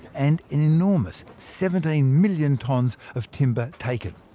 and an enormous seventeen million tons of timber taken.